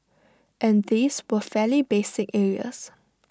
and these were fairly basic areas